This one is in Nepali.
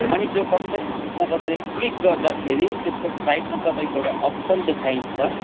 अनि त्यो कम्प्लेन बक्समा तपाईँले क्लिक गर्दाखेरि त्यसको साइडमा तपाईँको एउटा अप्सन देखाइन्छ